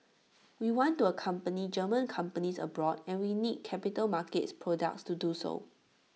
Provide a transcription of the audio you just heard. we want to accompany German companies abroad and we need capital markets products to do so